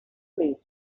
please